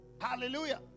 Hallelujah